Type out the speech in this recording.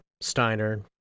Steiner